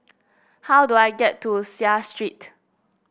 how do I get to Seah Street